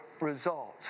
results